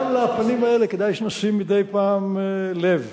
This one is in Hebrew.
גם לנתונים האלה כדאי שנשים מדי פעם לב.